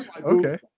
okay